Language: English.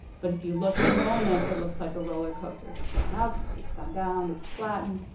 but if you look at enrollment, it looks like a rollercoaster it's gone up, it's gone down, it's flattened.